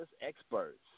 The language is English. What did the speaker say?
experts